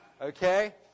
okay